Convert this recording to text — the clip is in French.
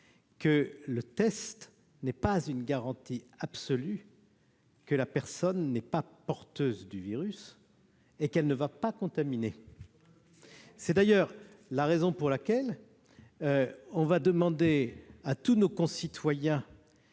négatif n'est pas une garantie absolue que la personne n'est pas porteuse du virus et qu'elle ne va pas contaminer d'autres individus. C'est d'ailleurs la raison pour laquelle nous allons demander à tous nos concitoyens